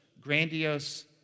grandiose